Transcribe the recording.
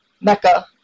Mecca